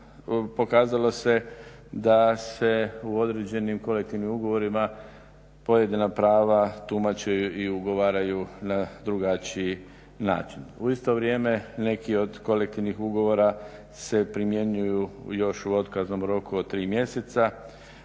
pokazalo se da se u određenim kolektivnim ugovorima pojedina prava tumače i ugovaraju na drugačiji način. U isto vrijeme neki od kolektivnih ugovora se primjenjuju još u otkaznom roku od 3 mjeseca,